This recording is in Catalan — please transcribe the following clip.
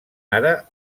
ara